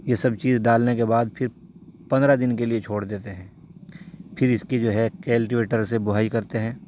یہ سب چیز ڈالنے کے بعد پھر پندرہ دن کے لیے چھوڑ دیتے ہیں پھر اس کی جو ہے کیلٹیوٹر سے بوہائی کرتے ہیں